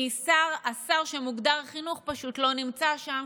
כי השר שמוגדר בחינוך פשוט לא נמצא שם.